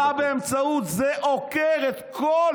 אתה, באמצעות זה, עוקר את כל